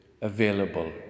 available